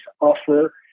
offer